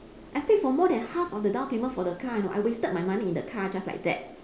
I paid for more than half of the downpayment for the car you know I wasted my money in the car just like that